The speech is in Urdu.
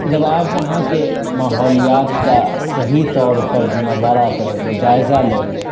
جب آپ وہاں کے ماحولیات کا صحیح طور پر نظارہ کریں گے جائزہ لیں گے